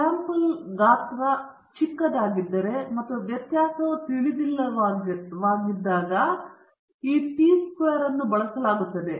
sample ಗಾತ್ರ ಸಣ್ಣದಾಗಿದ್ದರೆ ಮತ್ತು ವ್ಯತ್ಯಾಸವು ತಿಳಿದಿಲ್ಲವಾದ್ದರಿಂದ ಈ ಟಿ ವಿತರಣೆಯನ್ನು ಬಳಸಲಾಗುತ್ತದೆ